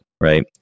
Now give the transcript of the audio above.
right